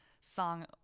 song